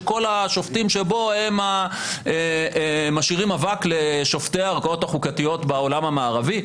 שכל השופטים שבו משאירים אבק לשופטי הערכאות החוקתיות בעולם המערבי?